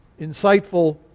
insightful